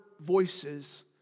voices